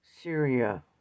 Syria